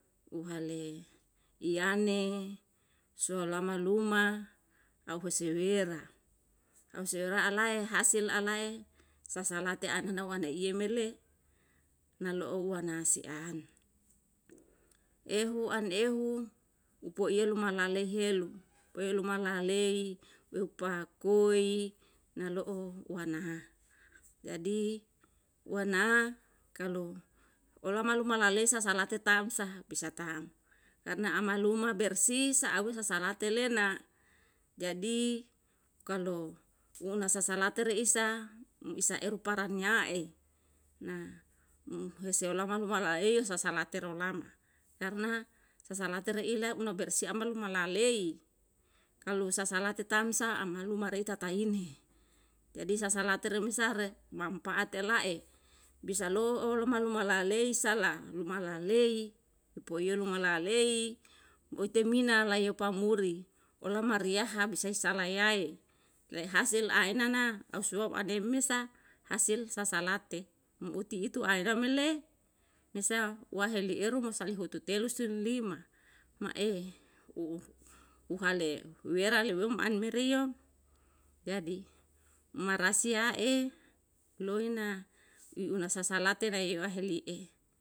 Uhale iyane, suwe olama luma auhise riera, au sirera'a lae hasil alae sasalate ananau ana aneiye mele, nalo'o wanase an, ehu an ehu poiyelu manalehiyelu, welu manalei, lupakoi, nalo'o wanaha. Jadi wana kalu olama luma lalesa salate tamsa bisa tam, karna amaluma bersih sa'a wesa salate le na, jadi kalu una sasalate reisa um isaeru paraniya'e, na heseolama luma laeiyo sasalate rolama. Karna sasalate reilau na bersih ama luma lalei, kalu sasalate tamsa ama luma rei tataine, jadi sasalate remesa re mamfaat ela'e, bisalo'o lolama luma lalei sala luma lalei, poiyo luma lalei, muitemina layo pamuri, olama riyaha bisa isa layae, lei hasil aina na, au suam ane mesa hasil sasalate, um uti itu aena me le, mesa waheli eru mosa'i hututelu sin lima, ma'e u uhale wera lewem an mere yo, jadi marasiya'e, noi naum una sasalate naira heli'e